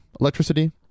electricity